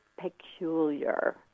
peculiar